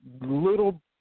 little